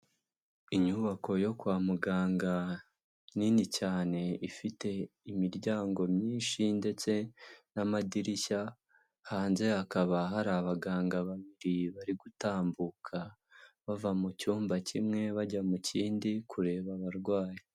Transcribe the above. Inyubako yo kwa muganga, nini cyane, ifite imiryango myinshi ndetse n'amadirishya, hanze hakaba hari abaganga babiri bari gutambuka bava mu cyumba kimwe, bajya mu kindi, kureba abarwayi.